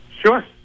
Sure